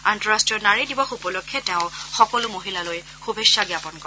আন্তঃৰাষ্ট্ৰীয় নাৰী দিৱস উপলক্ষে তেওঁ সকলো মহিলালৈ শুভেচ্ছা জ্ঞাপন কৰে